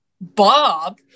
Bob